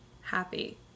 happy